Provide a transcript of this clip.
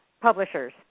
Publishers